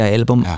album